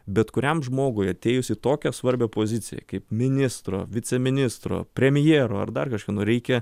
bet kuriam žmogui atėjus į tokią svarbią poziciją kaip ministro viceministro premjero ar dar kažkieno reikia